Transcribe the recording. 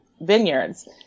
vineyards